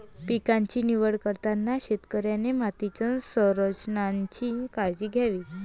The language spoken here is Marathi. पिकांची निवड करताना शेतकऱ्याने मातीच्या संरक्षणाची काळजी घ्यावी